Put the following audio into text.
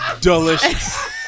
Delicious